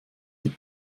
die